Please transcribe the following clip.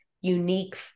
unique